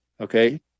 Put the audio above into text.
okay